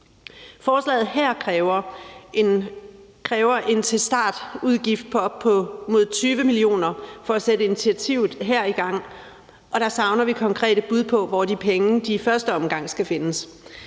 Forslaget her kræver en startudgift på op mod 20 mio. kr. for at sætte det her initiativ i gang, og der savner vi konkrete bud på, hvor de penge i første omgang skal findes.